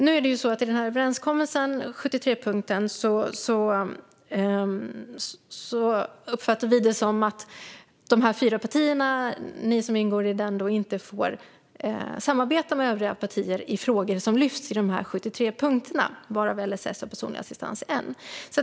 Vi uppfattar det som att de fyra partier som ingått överenskommelsen om 73 punkter inte får samarbeta med övriga partier i frågor som lyfts fram i dessa 73 punkter, varav LSS och personlig assistans är en.